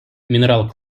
мінерал